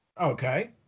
Okay